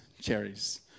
cherries